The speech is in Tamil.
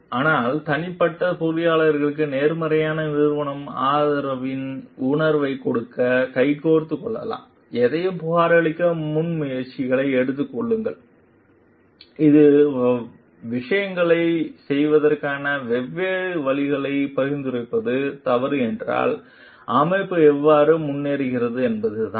ஆனால் தனிப்பட்ட பொறியியலாளருக்கு நேர்மறையான நிறுவன ஆதரவின் உணர்வைக் கொடுக்க கைகோர்த்துக் கொள்ளலாம் எதையும் புகாரளிக்க முன்முயற்சிகளை எடுத்துக் கொள்ளுங்கள் இது விஷயங்களைச் செய்வதற்கான வெவ்வேறு வழிகளை பரிந்துரைப்பது தவறு என்றால் அமைப்பு எவ்வாறு முன்னேறுகிறது என்பதுதான்